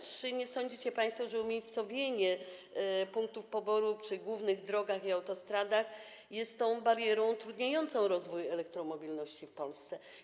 Czy nie sądzicie państwo, że umiejscowienie punktów poboru przy głównych drogach i autostradach jest barierą utrudniającą rozwój elektromobilności w Polsce?